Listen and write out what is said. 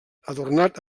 adornat